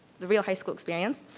the real high school experience,